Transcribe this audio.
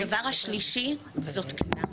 הדבר השלישי זאת תקינה,